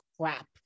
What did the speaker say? crap